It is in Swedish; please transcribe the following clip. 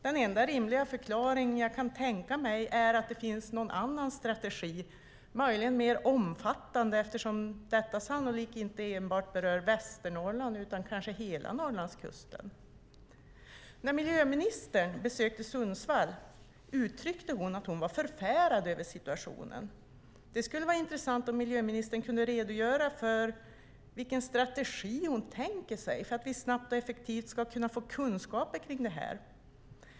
Den enda rimliga förklaring jag kan tänka mig är att det finns någon annan strategi, möjligen mer omfattande, eftersom detta sannolikt inte enbart berör Västernorrland utan kanske hela Norrlandskusten. När miljöministern besökte Sundsvall uttryckte hon att hon var förfärad över situationen. Det skulle vara intressant om miljöministern kunde redogöra för vilken strategi hon tänker sig för att vi snabbt och effektivt ska kunna få kunskaper om detta.